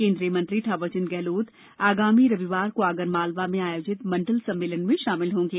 केन्द्रीय मंत्री थावरचंद गहलोत आगामी रविवार को आगरमालवा में आयोजित मंडल सम्मेलन में शामिल होंगे